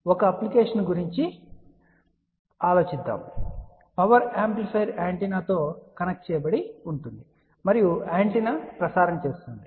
మరియు ఒక అప్లికేషన్ గురించి ఆలోచిద్దాం పవర్ యాంప్లిఫైయర్ యాంటెన్నాతో కనెక్ట్ చేయబడి ఉంటుంది మరియు యాంటెన్నా ప్రసారం చేస్తుంది